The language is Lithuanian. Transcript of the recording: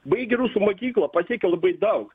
baigė rusų mokyklą pasiekė labai daug